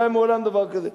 לא היה מעולם דבר כזה.